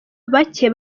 bake